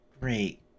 Great